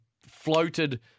floated